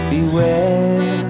Beware